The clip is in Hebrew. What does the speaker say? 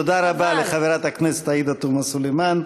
תודה רבה לחברת הכנסת עאידה תומא סלימאן.